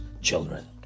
children